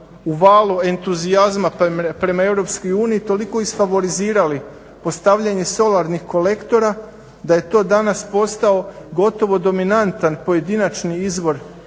u valu entuzijazma prema EU toliko isfavorizirali postavljanje solarnih kolektora da je to danas postao gotovo dominantan pojedinačni izvor